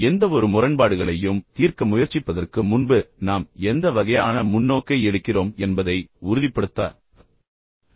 எந்தவொருமுரண்பாடுகளையும் தீர்க்க முயற்சிப்பதற்கு முன்பு நாம் எந்த வகையான முன்னோக்கை எடுக்கிறோம் என்பதை உறுதிப்படுத்த வேண்டும்